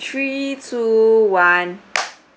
three two one